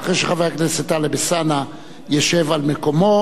אחרי שחבר הכנסת טלב אלסאנע ישב על מקומו.